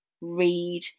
read